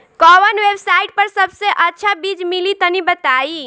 कवन वेबसाइट पर सबसे अच्छा बीज मिली तनि बताई?